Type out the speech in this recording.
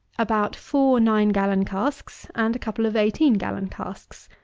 about four nine-gallon casks, and a couple of eighteen-gallon casks.